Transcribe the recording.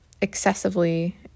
excessively